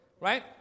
Right